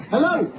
hello?